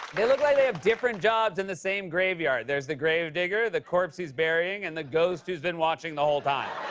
they look like they have different jobs in the same graveyard. there's the grave digger, the corpse he's burying, and the ghost who's been watching the whole time.